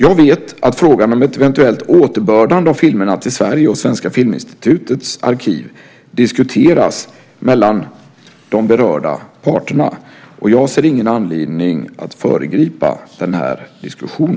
Jag vet att frågan om ett eventuellt återbördande av filmerna till Sverige och Svenska Filminstitutets arkiv diskuteras mellan de berörda parterna. Jag finner ingen anledning att föregripa denna diskussion.